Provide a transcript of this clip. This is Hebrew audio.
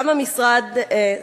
סליחה,